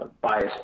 bias